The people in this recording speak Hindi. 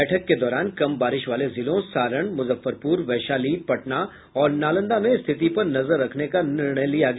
बैठक के दौरान कम बारिश वाले जिलों सारण मुजफ्फरपुर वैशाली पटना और नालंदा में स्थिति पर नजर रखने का निर्णय किया गया